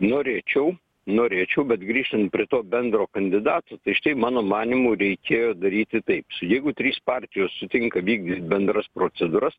norėčiau norėčiau bet grįštant prie to bendro kandidato tai štai mano manymu reikėjo daryti taip jeigu trys partijos sutinka vykdyt bendras procedūras